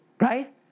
right